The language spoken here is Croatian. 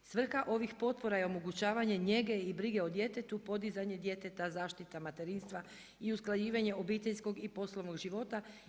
Svrha ovih potpora je omogućavanje njege i brige o djetetu, podizanje djeteta, zaštita materinstva i usklađivanje obiteljskog i poslovnog života.